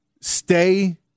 stay